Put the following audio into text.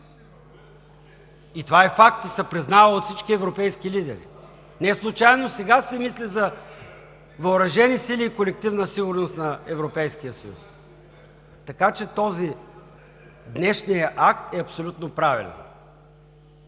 И това е факт, и се признава от всички европейски лидери. Неслучайно сега се мисли за въоръжени сили и колективна сигурност на Европейския съюз. Така че този, днешният акт, е абсолютно правилен.